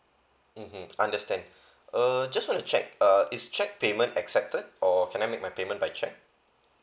mmhmm understand err just want to check uh is checked payment accepted or can I make my payment by check